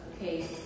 Okay